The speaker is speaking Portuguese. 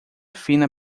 fina